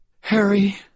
Harry